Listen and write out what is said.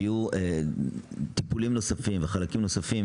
יהיו טיפולים נוספים וחלקים נוספים